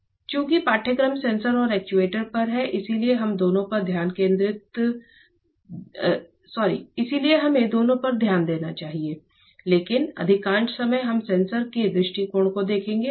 इसलिए चूंकि पाठ्यक्रम सेंसर और एक्चुएटर पर है इसलिए हमें दोनों पर ध्यान देना चाहिए लेकिन अधिकांश समय हम सेंसर के दृष्टिकोण को देखेंगे